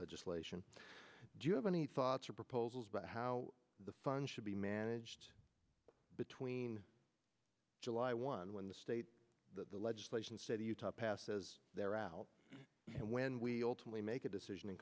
legislation do you have any thoughts or proposals about how the fund should be managed between july one when the state of the legislation state of utah passes they're out and when we ultimately make a decision in